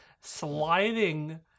sliding